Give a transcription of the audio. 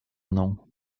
mną